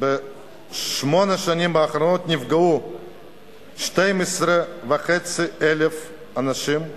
בשמונה השנים האחרונות, נפגעו 12,500 אנשים,